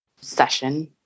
session